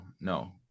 no